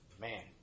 Man